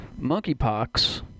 monkeypox